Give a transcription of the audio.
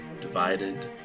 Divided